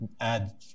add